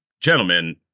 gentlemen